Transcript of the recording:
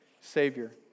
Savior